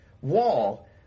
wall